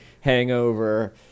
hangover